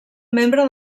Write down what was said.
membre